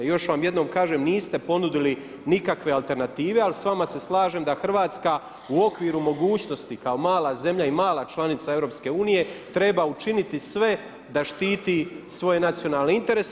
Još vam jednom kažem niste ponudili nikakve alternative ali s vama se slažem da Hrvatska u okviru mogućnosti kao mala zemlja i mala članica EU treba učiniti sve da štiti svoje nacionalne interese.